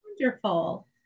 wonderful